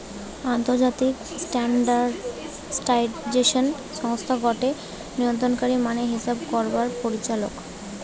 আন্তর্জাতিক স্ট্যান্ডার্ডাইজেশন সংস্থা গটে নিয়ন্ত্রণকারী মান হিসেব করবার পরিচালক